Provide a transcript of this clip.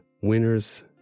Winners